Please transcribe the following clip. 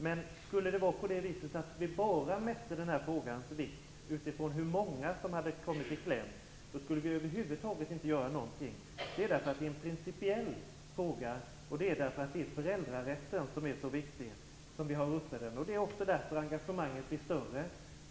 Men skulle vi mäta den här frågans vikt bara utifrån hur många det är som kommit i kläm, skulle vi över huvud taget inte göra någonting. Detta är en principiell fråga. Föräldrarätten är mycket viktig och därför är frågan uppe. Det är också därför som engagemanget blir större.